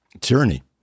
tyranny